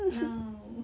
no